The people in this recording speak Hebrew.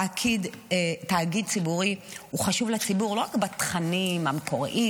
תאגיד ציבורי הוא חשוב לציבור לא רק בתכנים המקוריים,